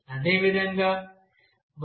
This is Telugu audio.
అదేవిధంగా y2axb